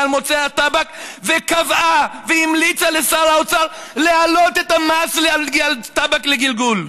על מוצרי הטבק וקבעה והמליצה לשר האוצר להעלות את המס על טבק לגלגול.